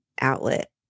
outlet